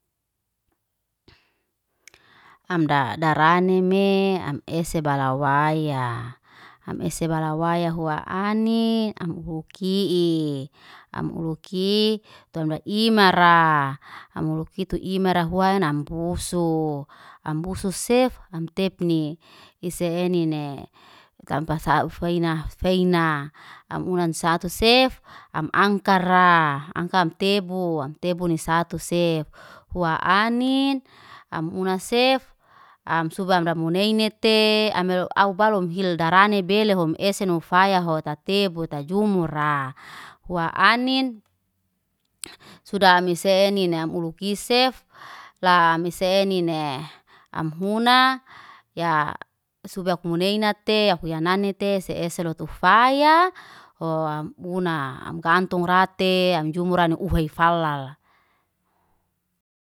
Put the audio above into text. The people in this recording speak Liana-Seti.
ham dadaranime am ese balawaya. Am ese balawaya hua anin, am hukii. Am uluki tumra imara, ham hulukita imaraya huan am fusuk am fususe ham tepni, isa enine tampasa ufuaina faina, am unan satusef am angkara. Angka am tebu. am tebu ni satusef. Hoa anin am unasef, amsubam ramuneinete amelo au balon hil darani belehom eseno faya ho tatebo tajumura. Hua anin suda ami senine am ulukisef lam isenine. Am huna ya subyakmuneina te afwananite se esoloto ufaya. Ho am muna, am gantongrate am jumura ni ufay falala.